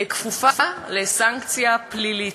כפופה לסנקציה פלילית.